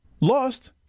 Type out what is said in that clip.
lost